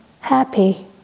happy